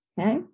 Okay